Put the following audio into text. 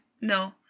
No